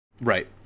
Right